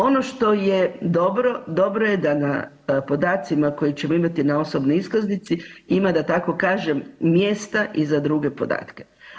Ono što je dobro, dobro je da na podacima koje ćemo imati na osobnoj iskaznici ima da tako kažem mjesta i za druge podatke.